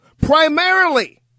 Primarily